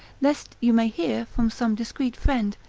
lest you may hear from some discreet friend,